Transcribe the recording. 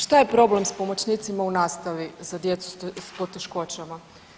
Šta je problem s pomoćnicima u nastavi za djecu s poteškoćama?